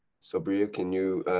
sobria, can you?